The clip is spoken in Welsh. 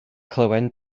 clywem